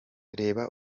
reba